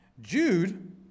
Jude